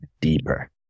deeper